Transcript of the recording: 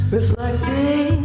Reflecting